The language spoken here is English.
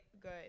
good